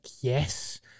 yes